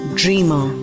dreamer